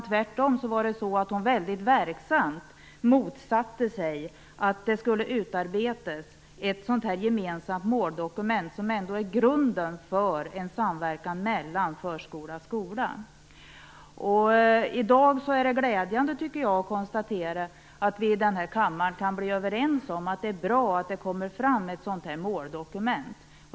Tvärtom motsatte hon sig mycket verksamt att det skulle utarbetas ett gemensamt måldokument, som ändå är grunden för en samverkan mellan förskola och skola. Det är i dag glädjande att konstatera att vi i denna kammare kan bli överens om att det är bra att det kommer fram ett måldokument.